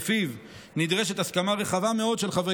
שלפיו נדרשת הסכמה רחבה מאוד של חברי